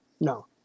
No